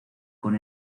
con